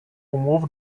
умов